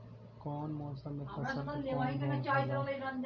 कवना मौसम मे फसल के कवन रोग होला?